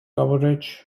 coverage